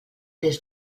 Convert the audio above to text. des